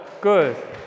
Good